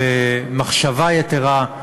במחשבה יתרה,